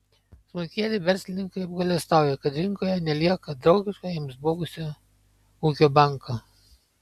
smulkieji verslininkai apgailestauja kad rinkoje nelieka draugiško jiems buvusio ūkio banko